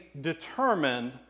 determined